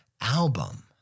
album